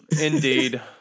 indeed